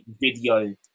video